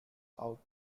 out